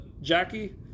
Jackie